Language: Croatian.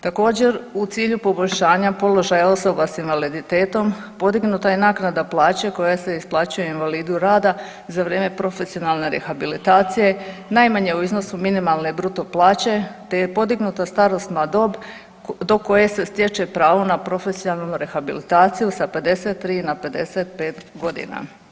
Također, u cilju poboljšanja položaja osoba s invaliditetom, podignuta je naknada plaće koja se isplaćuje invalidu rada za vrijeme profesionalne rehabilitacije najmanje u iznosu minimalne bruto plaće te je podignuta starosna dob do koje se stječe pravo na profesionalnu rehabilitaciju sa 53 na 55 godina.